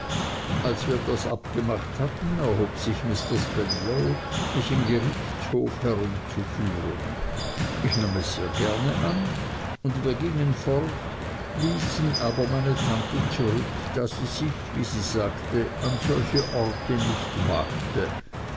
als wir das abgemacht hatten erbot sich mr spenlow mich im gerichtshof herumzuführen ich nahm es sehr gerne an und wir gingen fort ließen aber meine tante zurück da sie sich wie sie sagte an solche orte nicht wagte